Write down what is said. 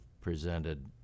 presented